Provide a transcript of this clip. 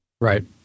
Right